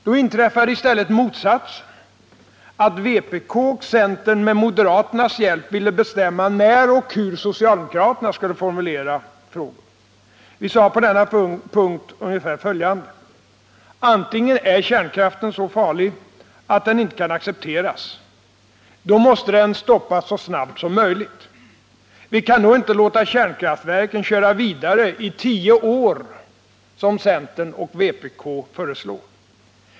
Då inträffade i stället motsatsen, att vpk och centern med moderaternas hjälp ville bestämma när och hur socialdemokraterna skulle formulera frågor. Vi sade på denna punkt på ungefär följande sätt: Antingen är kärnkraften så farlig att den inte kan accepteras. Då måste den stoppas så snabbt som möjligt. Vi kan då inte låta kärnkraftverken köra vidare i tio år som centern och vpk föreslår.